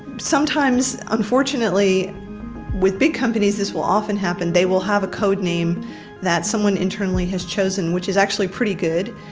sometimes unfortunately with big companies, this will often happen they will have a code name that someone internally has chosen which is actually pretty good,